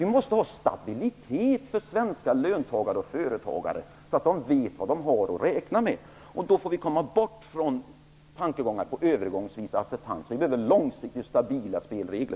Vi måste ha stabilitet för svenska löntagare och företagare, så att de vet vad de har att räkna med. Vi måste bort från tankarna på en övergångsvis acceptans. Vi behöver långsiktigt stabila spelregler.